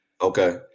Okay